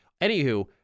Anywho